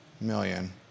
Million